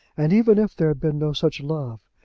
and even if there had been no such love,